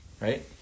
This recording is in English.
right